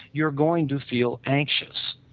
you're going to feel anxious.